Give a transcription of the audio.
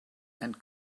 and